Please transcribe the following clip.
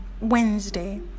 Wednesday